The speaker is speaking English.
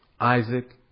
Isaac